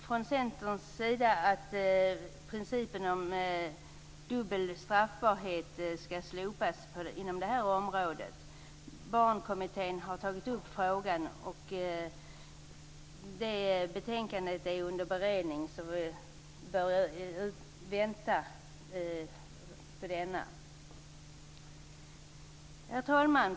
Från Centern krävs det att principen om dubbel straffbarhet skall slopas inom detta område. Barnkommittén har tagit upp frågan och det betänkandet är under beredning, så vi får avvakta resultatet av denna. Herr talman!